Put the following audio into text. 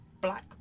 black